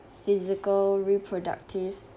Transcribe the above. physical reproductive